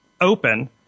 open